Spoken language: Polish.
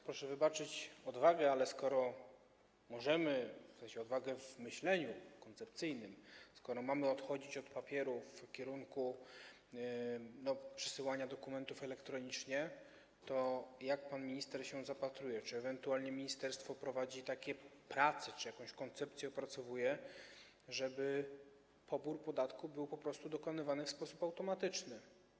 Proszę wybaczyć odwagę, w sensie odwagę w myśleniu koncepcyjnym, ale skoro mamy odchodzić od papieru w kierunku przesyłania dokumentów elektronicznie, to jak pan minister się zapatruje - czy ewentualnie ministerstwo prowadzi takie prace, czy opracowuje jakąś koncepcję - na to, żeby pobór podatku był po prostu dokonywany w sposób automatyczny?